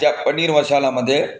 त्या पनीर मसालामध्ये